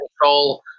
control